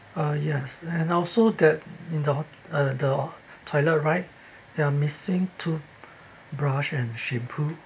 uh yes and also that in the hot~ uh the toilet right there are missing toothbrush and shampoo